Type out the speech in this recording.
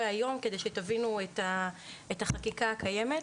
היום כדי שתבינו את החקיקה הקיימת.